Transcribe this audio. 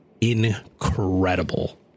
incredible